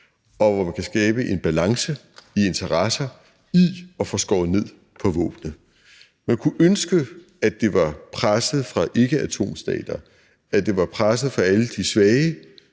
og hvor man kan skabe en balance i interesser i at få skåret ned på våbnene. Man kunne ønske, at det var presset fra ikkeatomstater, at det var presset fra alle de svage